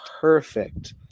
perfect